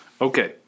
Okay